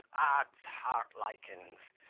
odds heartlikins!